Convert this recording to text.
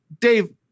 Dave